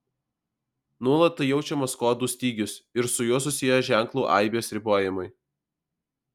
nuolat jaučiamas kodų stygius ir su juo susiję ženklų aibės ribojimai